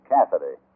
Cassidy